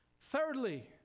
Thirdly